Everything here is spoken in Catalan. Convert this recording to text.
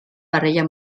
barreja